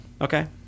Okay